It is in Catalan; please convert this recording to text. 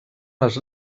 les